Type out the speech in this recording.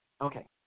okay